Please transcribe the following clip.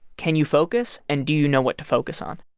can you focus? and do you know what to focus on?